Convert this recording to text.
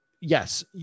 yes